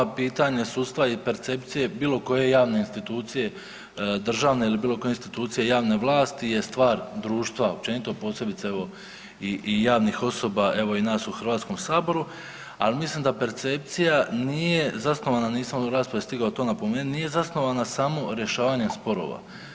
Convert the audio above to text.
Pitanje sustava i percepcije bilo koje javne institucije državne ili bilo koje institucije javne vlasti je stvar društva općenito posebice evo i javnih osoba evo i nas u Hrvatskom saboru, ali mislim da percepcija nije zasnovana nisam u raspravi stigao to napomenuti, nije zasnovana samo rješavanjem sporova.